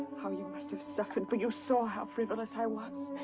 how you must have suffered, for you saw how frivolous i was,